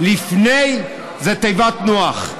לפני זה תיבת נוח.